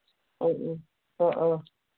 ꯑ ꯑ ꯑ